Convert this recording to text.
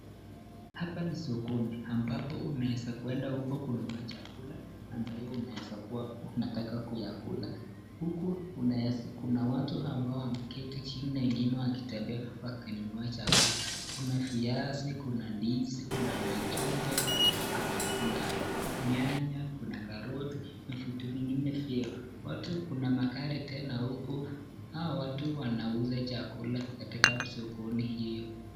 Hapa ni sokoni, ambapo unaweza kuenda huko kununua chakula ambayo unaweza kuwa unataka kuyakula. Huku kuna watu ambao wameketi chini huku wengine wakitembea wakinunua chakula. Kuna viazi, kuna ndizi, kuna machungwa ,kuna (tomato) Kuna nyanya, kuna caroti na vitu vinginevyo. Watu Kuna magari tena huko, hao watu wanakuja vyakula katika sokoni hiyo